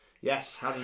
Yes